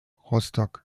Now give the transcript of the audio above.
rostock